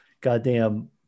goddamn